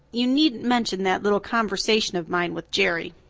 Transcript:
you needn't mention that little conversation of mine with jerry.